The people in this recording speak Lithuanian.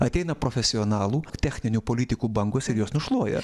ateina profesionalų techninių politikų bangos ir juos nušluoja